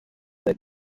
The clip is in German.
seit